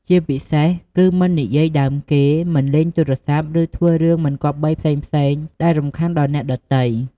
ជាពិសេស គឺមិននិយាយដើមគេ មិនលេងទូរស័ព្ទ ឬធ្វើរឿងមិនគប្បីផ្សេងៗដែលរំខានដល់អ្នកដទៃ។